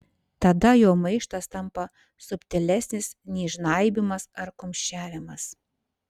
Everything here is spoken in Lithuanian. tada jo maištas tampa subtilesnis nei žnaibymas ar kumščiavimas